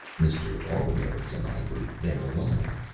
mr. auburnose and i were there alone.